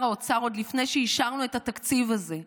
עוד לפני שאישרנו את התקציב הזה,